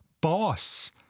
boss